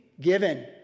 given